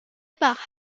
par